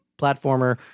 platformer